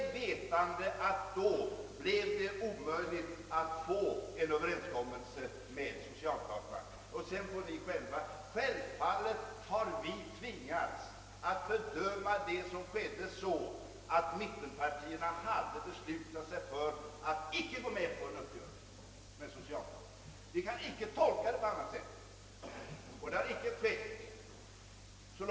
Mittenpartierna visste väl att det då blev omöjligt att få till stånd en överenskommelse med socialdemokraterna. Självfallet har vi tvingats bedöma detta på det sättet att mittenpartierna hade beslutat sig för att inte gå med på någon uppgörelse med socialdemokraterna. Vi kunde inte tolka det på annat sätt.